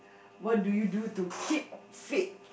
what do you do to keep fit